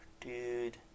dude